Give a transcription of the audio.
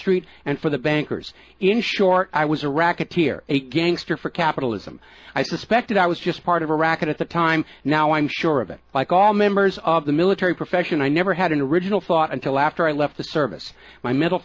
street and for the bankers in short i was a racketeer a gangster for capitalism i suspected i was just part of iraq at the time now i'm sure of it like all members of the military profession i never had an original thought until after i left the service my m